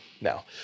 now